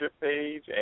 page